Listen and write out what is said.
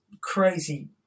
crazy